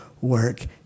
work